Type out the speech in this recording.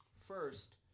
First